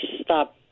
stop